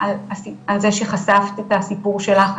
על זה שחשפת את הסיפור שלך,